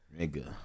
nigga